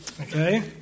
Okay